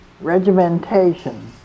regimentation